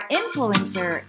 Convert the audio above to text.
influencer